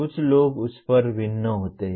कुछ लोग उस पर भिन्न होते हैं